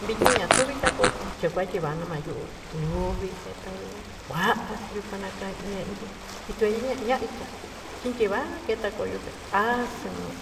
Viki na'a tomii ka'a kota yukuaí yivana nayo'o tuu vii eta yo'ó, nguaxhi tuna'a kandete ituu ñoo ñavii ka'a chincheva keta koyo haxinuu